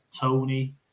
Tony